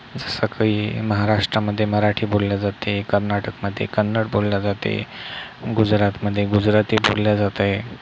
जसं काही महाराष्ट्रामध्ये मराठी बोलली जाते कर्नाटकमध्ये कन्नड बोलली जाते गुजरातमध्ये गुजराती बोलली जाते